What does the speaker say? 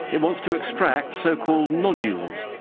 it wants to extract so-called nodules,